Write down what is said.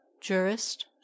jurist